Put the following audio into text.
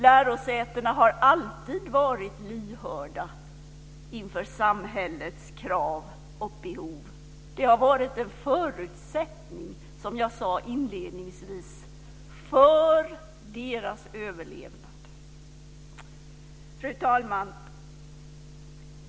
Lärosätena har alltid varit lyhörda inför samhällets krav och behov. Det har varit en förutsättning, som jag sade inledningsvis, för deras överlevnad. Fru talman!